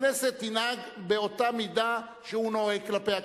הכנסת תנהג באותה מידה שהוא נוהג כלפי הכנסת,